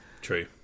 true